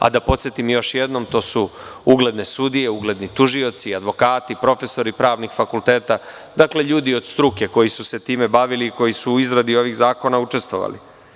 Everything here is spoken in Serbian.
Da podsetim još jednom, to su ugledne sudije, ugledni tužioci, advokati, profesori pravnih fakulteta, ljudi od struke koji su se time bavili, koji su u izradi ovih zakona učestvovali.